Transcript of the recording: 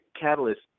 Catalyst